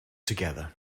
together